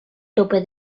tope